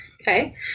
okay